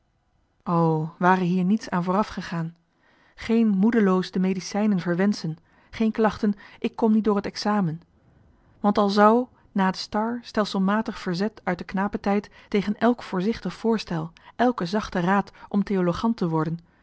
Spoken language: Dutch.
ware hier niets aan voorafgegaan geen moedeloos de medicijnen verwenschen geen klachten ik kom niet door het examen want al zou na het star stelselmatig verzet uit den knapetijd tegen elk voorzichtig voorstel elken zachten raad om theologant te worden